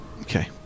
Okay